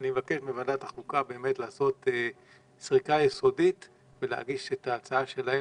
אני מבקש מוועדת החוקה באמת לעשות סריקה יסודית ולהגיש את ההצעה שלה,